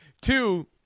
Two